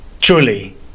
Truly